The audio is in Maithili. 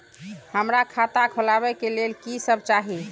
हमरा खाता खोलावे के लेल की सब चाही?